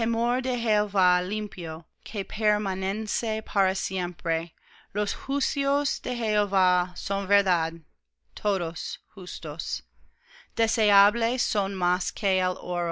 siempre los juicios de jehová son verdad todos justos deseables son más que